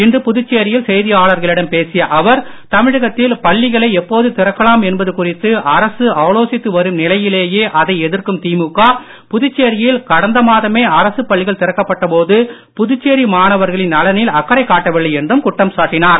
இன்று புதுச்சேரியில் செய்தியாளர்களிடம் பேசிய அவர் தமிழகத்தில் பள்ளிகளை எப்போது திறக்கலாம் என்பது குறித்து அரசு ஆலோசித்து வரும் நிலையிலேயே அதை எதிர்க்கும் திமுக புதுச்சேரியில் கடந்த மாதமே அரசு பள்ளிகள் திறக்கப்பட்ட போது புதுச்சேரி மாணவர்களின் நலனில் அக்கறை காட்டவில்லை என்றும் குற்றம் சாட்டினார்